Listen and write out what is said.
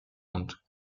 und